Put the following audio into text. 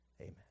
Amen